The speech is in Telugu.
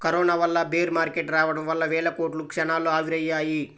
కరోనా వల్ల బేర్ మార్కెట్ రావడం వల్ల వేల కోట్లు క్షణాల్లో ఆవిరయ్యాయి